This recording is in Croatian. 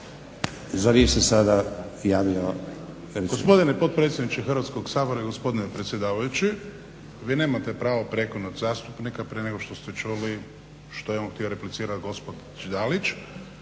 javio… **Šuker, Ivan (HDZ)** Gospodine potpredsjedniče Hrvatskog sabora i gospodine predsjedavajući, vi nemate pravo prekinut zastupnika prije nego što ste čuli što je on htio replicirat gospođi Dalić